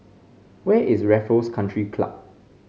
where is Raffles Country Club